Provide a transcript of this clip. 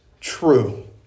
true